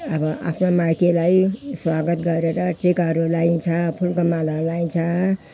अब आफ्नो माइतीलाई स्वागत गरेर टिकाहरू लगाइन्छ फुलको माला लगाइन्छ